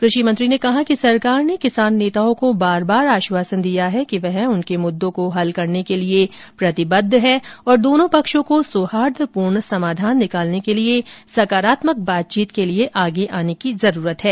कृषि मंत्री ने कहा कि सरकार ने किसान नेताओं को बार बार आश्वासन दिया है कि वह उनके मुद्दों को हल करने के लिए प्रतिबद्ध है और दोनों पक्षों को सौहार्दपूर्ण समाधान निकालने के लिए सकारात्मक बातचीत के लिए आगे आने की जरूरत है